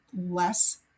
less